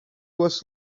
was